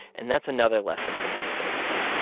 and that's another lesson from this case.